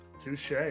Touche